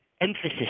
emphasis